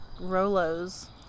Rolo's